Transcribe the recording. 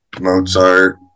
Mozart